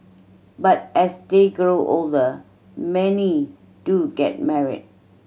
but as they grow older many do get married